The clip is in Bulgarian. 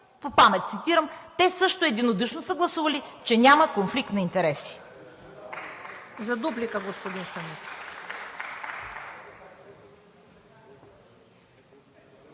по памет цитирам, те също единодушно са гласували, че няма конфликт на интереси!